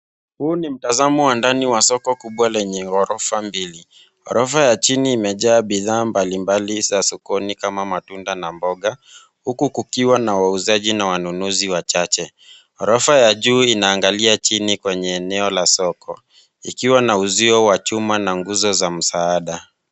Huu ni mtazamo wa ndani wa soko kubwa lenye ghorofa mbili. Ghorofa ya chini imejaa bidhaa mbalimbali za sokoni kama matunda na mboga , huku kukiwa na wauzaji na wanunuzi wachache. Ghorofa ya juu inaangalia chini kwenye eneo la soko, ikiwa na uzio wa chuma na nguzo za msaada.